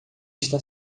está